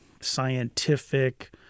scientific